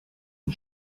une